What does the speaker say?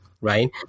right